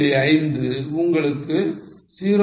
5 உங்களுக்கு 0